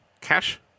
cash